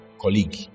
colleague